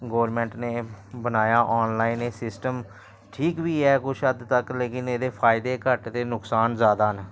government ने एह् बनाया आनलाइन एह् सिस्टम ठीक बी ऐ कुछ हद्द तक लेकिन एह्दे फायदे घट्ट ते नुकसान जैदा न